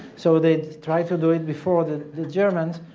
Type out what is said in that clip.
so they try to do it before the the germans.